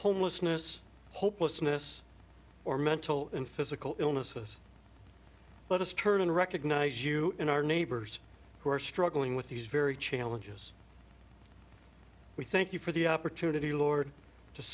homelessness hopelessness or mental and physical illnesses let us turn and recognize you in our neighbors who are struggling with these very challenges we thank you for the opportunity lord